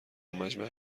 مجمع